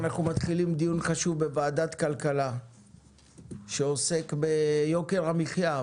אנחנו מתחילים דיון חשוב בוועדת הכלכלה שעוסק ביוקר המחיה,